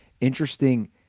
interesting